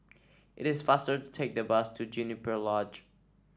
it is faster to take the bus to Juniper Lodge